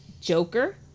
joker